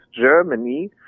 Germany